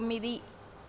తొమ్మిది